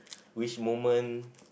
which moment